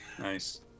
Nice